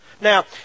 Now